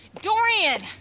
Dorian